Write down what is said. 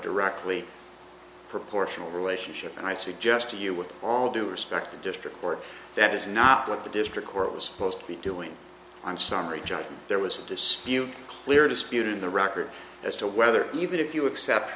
directly proportional relationship and i suggest to you with all due respect a district court that is not what the district court was supposed to be doing on summary judgment there was a dispute clear dispute in the record as to whether even if you accept